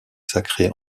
sacrée